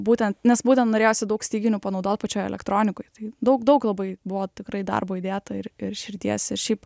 būtent nes būtent norėjosi daug styginių panaudot pačioj elektronikoj tai daug daug labai buvo tikrai darbo įdėta ir ir širdies ir šiaip